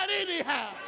anyhow